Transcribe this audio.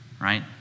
right